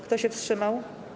Kto się wstrzymał?